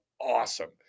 awesome